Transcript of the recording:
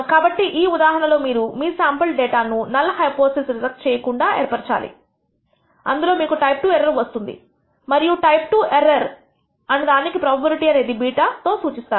కాబట్టి ఈ ఉదాహరణలో మీరు మీ శాంపిల్ డేటా ను నల్ హైపోథిసిస్ రిజెక్ట్ చెయ్యకుండా ఏర్పరచాలి ఇందులో మీకు టైప్ II ఎర్రర్ వస్తుంది మరియు టైప్ II ఎర్రర్ అను దానికి ప్రోబబిలిటీ ను β తో సూచిస్తారు